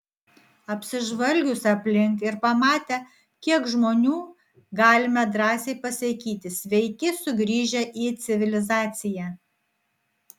apsižvalgius aplink ir pamatę kiek žmonių galime drąsiai pasakyti sveiki sugrįžę į civilizaciją